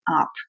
up